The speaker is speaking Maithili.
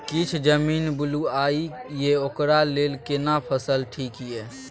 किछ जमीन बलुआही ये ओकरा लेल केना फसल ठीक ये?